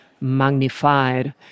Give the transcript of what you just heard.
magnified